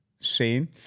seen